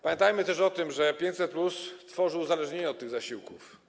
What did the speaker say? Pamiętajmy też o tym, że 500+ tworzy uzależnienie od tych zasiłków.